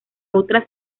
otras